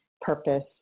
purpose